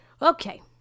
Okay